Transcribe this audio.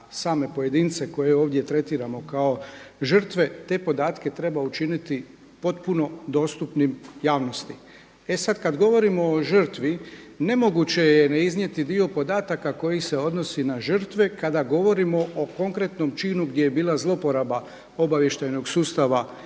same pojedince koje ovdje tretiramo kao žrtve. Te podatke treba učiniti potpuno dostupnim javnosti. E sad kad govorimo o žrtvi nemoguće je ne iznijeti dio podataka koji se odnosi na žrtve kada govorimo o konkretnom činu gdje je bila zlouporaba obavještajnog sustava i